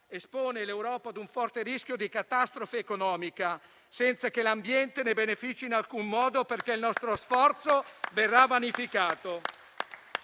espone l'Europa ad un forte rischio di catastrofe economica, senza che l'ambiente ne benefici in alcun modo, perché il nostro sforzo verrà vanificato.